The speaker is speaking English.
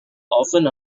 often